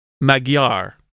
Magyar